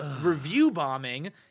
review-bombing